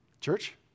Church